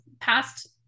past